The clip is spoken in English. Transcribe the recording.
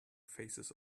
faces